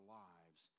lives